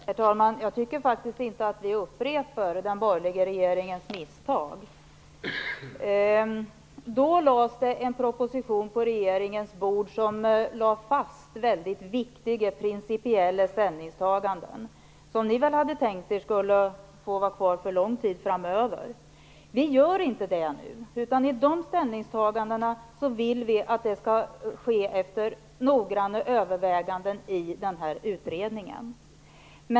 Herr talman! Jag tycker faktiskt inte att vi upprepar den borgerliga regeringens misstag. Då lades en proposition på riksdagens bord där man lade fast viktiga principiella ställningstaganden, som ni väl hade tänkt er skulle få vara kvar för lång tid framöver. Vi gör inte det nu. Vi vill att de ställningstagandena skall ske efter noggranna överväganden i denna utredning.